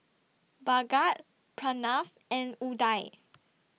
Bhagat Pranav and Udai